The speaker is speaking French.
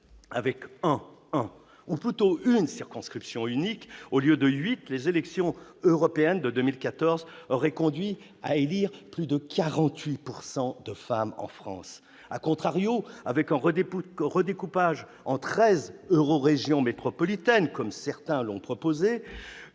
Avec un, ou plutôt une circonscription unique au lieu de 8, les élections européennes de 2014 auraient conduit à élire plus de 48 % de femmes en France., le redécoupage en treize eurorégions métropolitaines, que certains ont proposé,